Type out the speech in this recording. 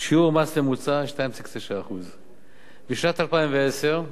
שיעור מס ממוצע, 2.9%. בשנת 2010: